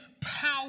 power